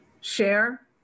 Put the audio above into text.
share